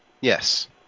Yes